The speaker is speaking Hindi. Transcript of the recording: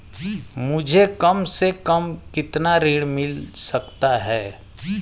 मुझे कम से कम कितना ऋण मिल सकता है?